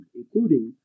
including